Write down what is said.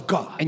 God